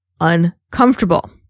uncomfortable